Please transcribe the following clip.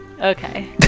Okay